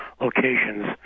locations